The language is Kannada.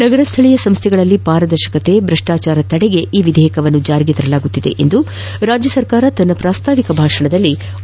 ನಗರ ಸ್ಥಳೀಯ ಸಂಸ್ಣೆಗಳಲ್ಲಿ ಪಾರದರ್ಶಕತೆ ಭ್ರಷ್ಲಾಚಾರ ತದೆಗೆ ಈ ವಿಧೇಯಕವನ್ನು ಜಾರಿಗೆ ತರಲಾಗುತ್ತಿದೆ ಎಂದು ರಾಜ್ಯ ಸರ್ಕಾರ ತನ್ನ ಪ್ರಾಸ್ತಾವಿಕ ಭಾಷಣದಲ್ಲಿ ಉಲ್ಲೇಖಿಸಿದೆ